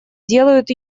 делают